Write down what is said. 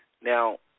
Now